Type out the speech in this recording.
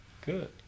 Good